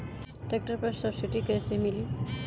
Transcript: Tractor पर subsidy कैसे मिली?